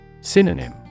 Synonym